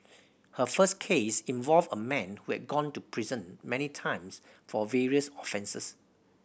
her first case involved a man who had gone to prison many times for various offences